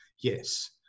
Yes